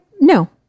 No